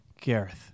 Gareth